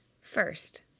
First